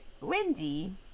Wendy